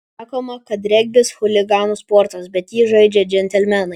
sakoma kad regbis chuliganų sportas bet jį žaidžia džentelmenai